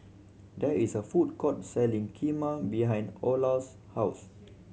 there is a food court selling Kheema behind Olar's house